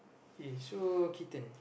K so kitten